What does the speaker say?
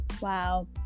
Wow